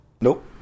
Nope